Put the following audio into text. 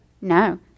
no